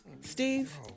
Steve